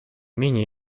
менее